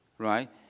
Right